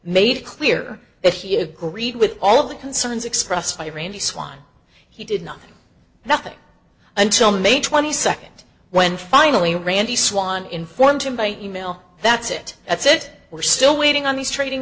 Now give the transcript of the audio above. it clear that he agreed with all of the concerns expressed by randy swann he did nothing nothing until may twenty second when finally randy swan informed him by email that's it that's it we're still waiting on these train